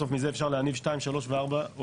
בסוף מזה אפשר להניב שתיים שלוש וארבע או